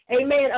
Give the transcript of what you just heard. amen